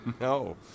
No